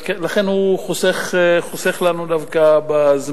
לכן, הוא דווקא חוסך לנו זמן.